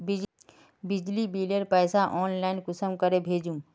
बिजली बिलेर पैसा ऑनलाइन कुंसम करे भेजुम?